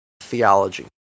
theology